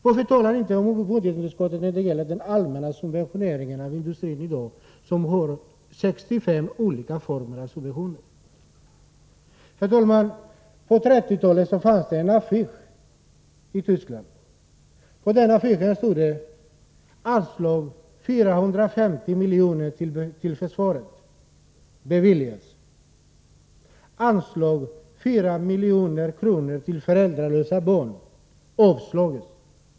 Varför talar ni inte om budgetunderskottet när det gäller den allmänna subventioneringen av industrin, som i dag har 65 olika former av subventioner? Herr talman! På 1930-talet fanns det en affisch i Tyskland där det stod: Anslag 450 miljoner till försvaret — beviljas. Historien upprepar sig.